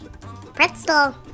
Pretzel